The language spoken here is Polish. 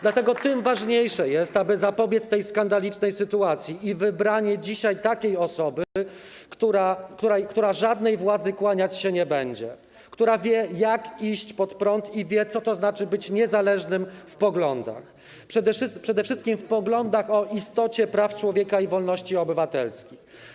Dlatego tym ważniejsze jest, aby zapobiec tej skandalicznej sytuacji, wybranie dzisiaj takiej osoby, która żadnej władzy kłaniać się nie będzie, która wie, jak iść pod prąd, i wie, co to znaczy być niezależnym w poglądach, przede wszystkim w poglądach na temat istoty praw człowieka i wolności obywatelskich.